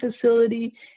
facility